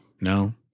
No